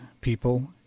people